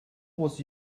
was